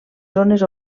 zones